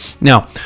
Now